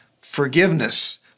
Forgiveness